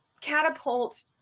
catapult